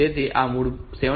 તેથી આ 7